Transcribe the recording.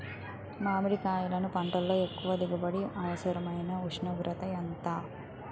మామిడికాయలును పంటలో ఎక్కువ దిగుబడికి అవసరమైన ఉష్ణోగ్రత ఎంత?